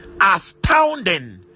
astounding